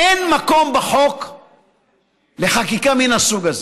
אין מקום בחוק לחקיקה מהסוג הזה,